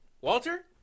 Walter